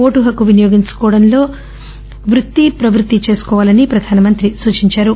ఓటుహక్కు వినియోగించుకోవడం మన వృత్తి ప్రవృత్తి కావాలని ప్రధానమంత్రి సూచించారు